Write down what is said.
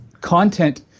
content